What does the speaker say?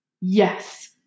Yes